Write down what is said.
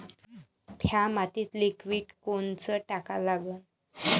थ्या मातीत लिक्विड कोनचं टाका लागन?